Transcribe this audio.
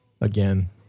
again